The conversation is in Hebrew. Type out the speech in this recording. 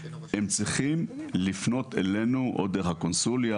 הם צריכים לפנות אלינו או דרך הקונסוליה